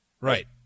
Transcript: Right